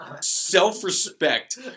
self-respect